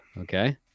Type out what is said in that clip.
Okay